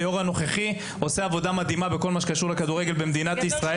היו"ר הנוכחי עושה עבודה מדהימה בכל מה שקשור לכדורגל במדינת ישראל.